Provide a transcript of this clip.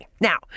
Now